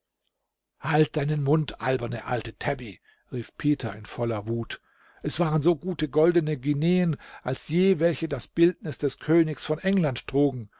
halt deinen mund alberne alte tabby rief peter in voller wut es waren so gute goldene guineen als je welche das bildnis des königs von england trugen